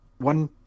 One